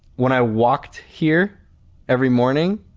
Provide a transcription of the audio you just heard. when i walked here every morning,